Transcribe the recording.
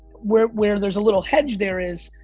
where where there's a little hedge there is,